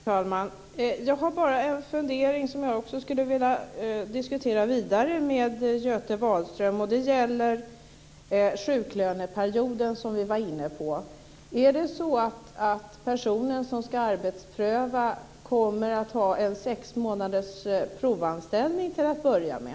Fru talman! Jag har bara en fundering som jag skulle vilja diskutera vidare med Göte Wahlström. Det gäller sjuklöneperioden, som vi var inne på. Är det så att personen som ska arbetspröva kommer att ha en sex månaders provanställning till att börja med?